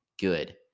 good